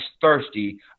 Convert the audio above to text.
thirsty